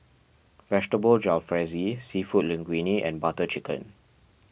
Vegetable Jalfrezi Seafood Linguine and Butter Chicken